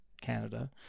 Canada